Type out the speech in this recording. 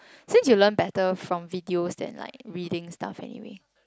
since you learn better from videos than like reading stuff anyway